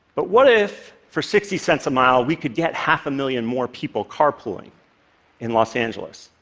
but what if for sixty cents a mile we could get half a million more people carpooling in los angeles?